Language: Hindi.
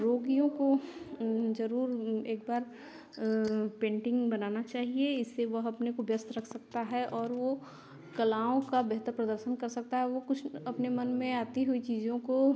रोगियों को ज़रूर एक बार पेंटिंग बनाना चाहिए इससे वह अपने को व्यस्त रख सकता है और वह कलाओं का बेहतर प्रदर्शन कर सकता है वह कुछ अपने मन में आती हुई चीज़ो को